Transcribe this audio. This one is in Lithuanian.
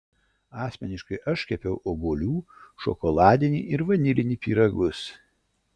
asmeniškai aš kepiau obuolių šokoladinį ir vanilinį pyragus